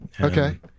Okay